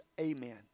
Amen